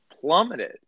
plummeted